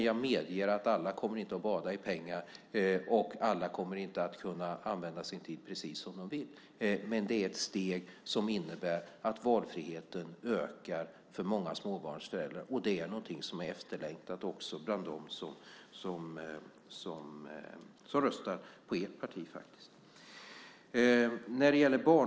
Jag medger att alla inte kommer att bada i pengar, och alla kommer inte att kunna använda sin tid precis som de vill. Men detta är ett steg som innebär att valfriheten ökar för många småbarnsföräldrar, och det är någonting som är efterlängtat också bland dem som röstar på ert parti.